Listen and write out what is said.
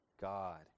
God